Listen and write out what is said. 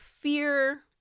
fear